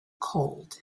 cold